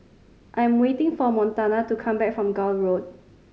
I am waiting for Montana to come back from Gul Road